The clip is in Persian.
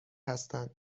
هستند